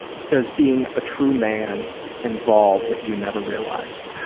does being a true man involve that you never realized?